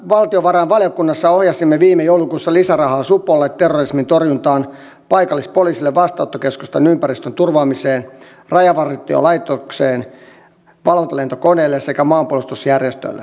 valtiovarainvaliokunnassa ohjasimme viime joulukuussa lisärahaa supolle terrorismin torjuntaan paikallispoliisille vastaanottokeskusten ympäristön turvaamiseen rajavartiolaitokseen valvontalentokoneelle sekä maanpuolustusjärjestölle